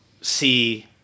see